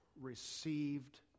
received